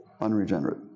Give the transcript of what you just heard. unregenerate